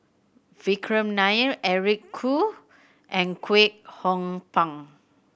Vikram Nair Eric Khoo and Kwek Hong Png